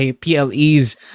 PLEs